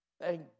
Thank